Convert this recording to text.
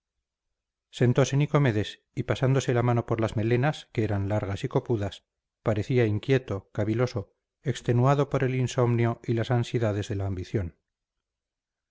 sentose nicomedes y pasándose la mano por las melenas que eran largas y copudas parecía inquieto caviloso extenuado por el insomnio y las ansiedades de la ambición